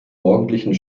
morgendlichen